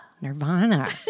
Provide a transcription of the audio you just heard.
Nirvana